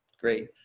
Great